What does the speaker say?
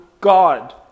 God